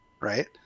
right